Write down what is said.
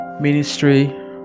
Ministry